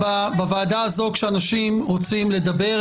כשאנשים רוצים לדבר,